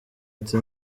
ati